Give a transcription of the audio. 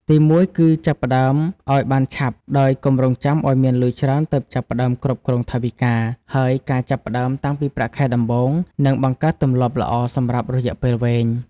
ទីមួយគឺចាប់ផ្តើមឱ្យបានឆាប់ ដោយកុំរង់ចាំឱ្យមានលុយច្រើនទើបចាប់ផ្តើមគ្រប់គ្រងថវិកា ហើយការចាប់ផ្តើមតាំងពីប្រាក់ខែដំបូង នឹងបង្កើតទម្លាប់ល្អសម្រាប់រយៈពេលវែង។